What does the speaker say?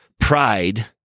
Pride